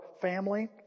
family